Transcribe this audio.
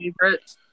favorite